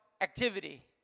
activity